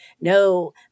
No